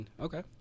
Okay